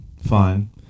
fine